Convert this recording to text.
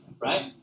right